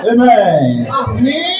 Amen